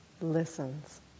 listens